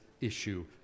issue